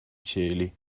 cieli